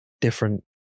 different